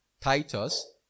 Titus